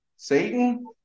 Satan